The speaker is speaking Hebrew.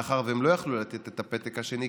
מאחר שהם לא יכלו לתת את הפתק השני,